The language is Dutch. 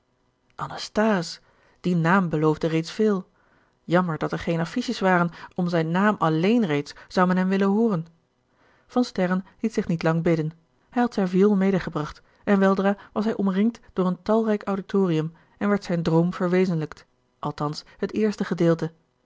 anasthase die naam beloofde reeds veel jammer dat er geen affiches waren om zijn naam alleen reeds zou men hem willen hooren van sterren liet zich niet lang bidden hij had zijn viool medegebracht en weldra was hij omringd door een talrijk auditorium en werd zijn droom verwezenlijkt althans het eerste gedeelte